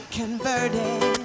converted